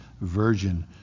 virgin